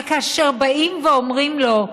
אבל כאשר באים ואומרים לו: